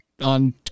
on